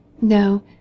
No